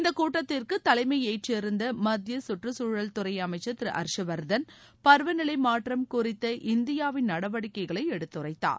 இந்த கூட்டத்திற்கு தலைமையேற்றிருந்த மத்திய கற்றுச்சூழல்துறை அமைச்சர் திரு ஹர்ஷ்வர்தன் பருவநிலை மாற்றம் குறித்த இந்தியாவின் நடவடிக்கைகளை எடுத்துரைத்தார்